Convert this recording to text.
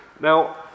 Now